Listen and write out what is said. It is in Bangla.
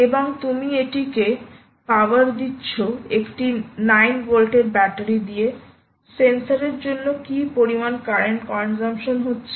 এবং তুমি এটিকে পাওয়ার দিচ্ছ একটি ছাত্র 9 ভোল্ট 9 ভোল্টের ব্যাটারি দিয়ে সেন্সরের জন্য কী পরিমাণ কারেন্ট কন্সাম্পশন হচ্ছে